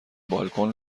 بالکن